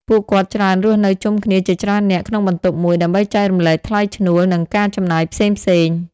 ពួកគាត់ច្រើនរស់នៅជុំគ្នាជាច្រើននាក់ក្នុងបន្ទប់មួយ ដើម្បីចែករំលែកថ្លៃឈ្នួល និងការចំណាយផ្សេងៗ។